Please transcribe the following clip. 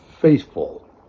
faithful